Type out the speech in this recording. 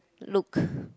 look